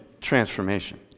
transformation